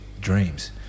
dreams